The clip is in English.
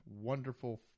wonderful